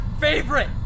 favorite